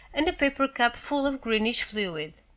and a paper cup full of greenish fluid.